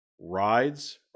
rides